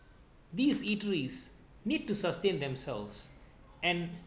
these eateries need to sustain themselves and